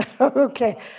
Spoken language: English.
Okay